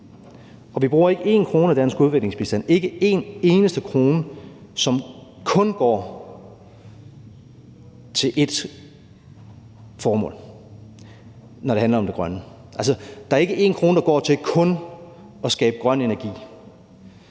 Og der er ikke én krone af dansk udviklingsbistand – ikke en eneste krone – som kun går til ét formål, når det handler om det grønne. Der er altså ikke én krone, der kun går til at skabe grøn energi,